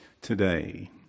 Today